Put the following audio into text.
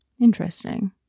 Interesting